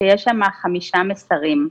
שיש שם חמישה מסרים.